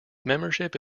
membership